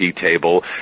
table